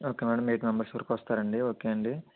okay madam eight members వరకు వస్తారా అండి ఓకే అండి